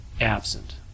absent